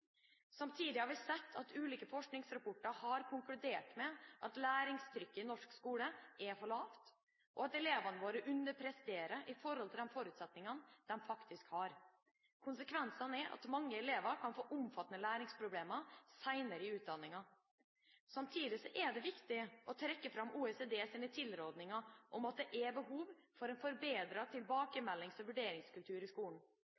Samtidig har vi sett at ulike forskningsrapporter har konkludert med at læringstrykket i norsk skole er for lavt, og at elevene våre underpresterer i forhold til de forutsetningene de faktisk har. Konsekvensene er at mange elever kan få omfattende læringsproblemer senere i utdanninga. Samtidig er det viktig å trekke fram OECDs tilrådinger om at det er behov for å forbedre tilbakemeldings- og vurderingskulturen i skolen.